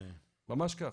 ממש כך.